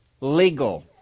legal